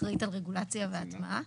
אחראית על רגולציה והטמעה.